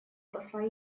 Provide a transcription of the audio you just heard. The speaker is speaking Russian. посла